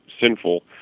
sinful